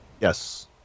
Yes